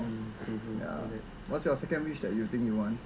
err true true